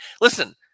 listen